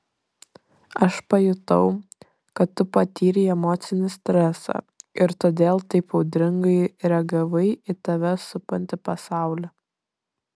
aš pajutau kad tu patyrei emocinį stresą ir todėl taip audringai reagavai į tave supantį pasaulį